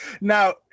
Now